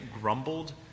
grumbled